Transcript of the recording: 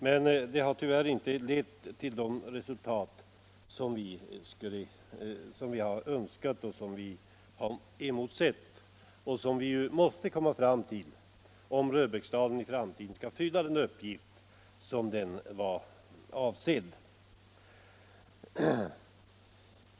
Men tyvärr har detta inte lett till de resultat som vi har önskat och emotsett och som vi måste komma fram till om Röbäcksdalen i framtiden skall kunna fylla den uppgift som den varit och är avsedd att fylla.